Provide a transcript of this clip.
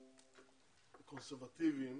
קונסרבטיבים,